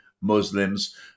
muslims